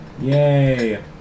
Yay